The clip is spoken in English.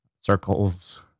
circles